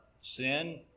sin